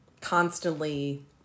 constantly